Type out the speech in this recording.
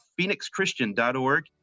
phoenixchristian.org